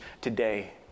today